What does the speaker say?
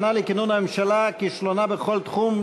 הצעת אי-אמון: שנה לכינון הממשלה וכישלונה בכל תחום,